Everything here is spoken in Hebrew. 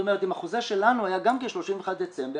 אם החוזה שלנו היה גם כן 31 בדצמבר,